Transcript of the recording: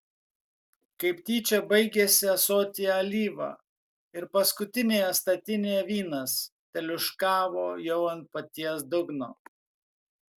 kaip tyčia baigėsi ąsotyje alyva ir paskutinėje statinėje vynas teliūškavo jau ant paties dugno